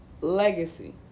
legacy